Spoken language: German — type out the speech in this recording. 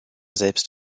selbst